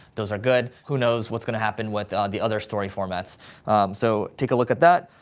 those are good. who knows what's gonna happen with the other story formats so take a look at that.